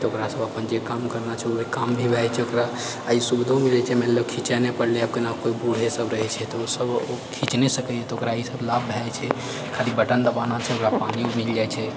तऽ ओकरासँ ओ अपन जे काम करना छै ओहि काम भी भए जाइ छै ओकरा आ ई सुविधो मिलै छै मानि लए खीचै नहि पड़लै आब केना केओ बूढ़े सब रहै छै तऽ ओ सब ओ खीच नहि सकैए तऽ ओकरा ई सब लाभ भए जाइत छै खाली बटन दबाना छै ओकरा पानी मिल जाइत छै